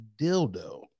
dildo